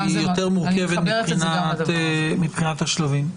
שיותר מורכבת מבחינת השלבים.